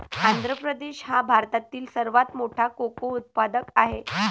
आंध्र प्रदेश हा भारतातील सर्वात मोठा कोको उत्पादक आहे